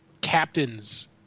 captain's